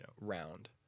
round